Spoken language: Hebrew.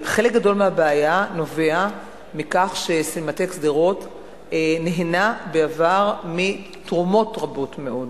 חלק גדול מהבעיה נובע מכך שסינמטק שדרות נהנה בעבר מתרומות רבות מאוד,